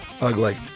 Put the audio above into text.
ugly